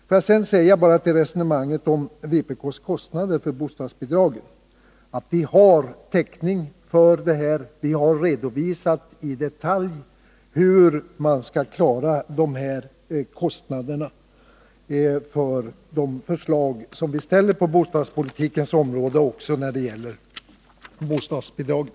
Beträffande resonemanget om kostnaderna för vpk:s förslag till bostadsbidrag vill jag säga att vi har täckning för dessa. Vi har redovisat i detalj hur man skall klara kostnaderna för de förslag som vi ställer på bostadspolitikens område, även när det gäller bostadsbidraget.